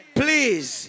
please